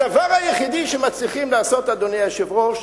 הדבר היחידי שמצליחים לעשות, אדוני היושב-ראש,